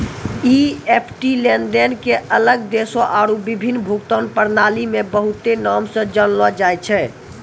EFT लेनदेन के अलग देशो आरु विभिन्न भुगतान प्रणाली मे बहुते नाम से जानलो जाय छै